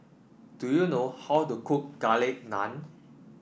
do you know how to cook Garlic Naan